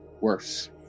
worse